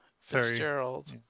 Fitzgerald